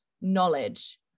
knowledge